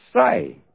say